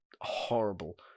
horrible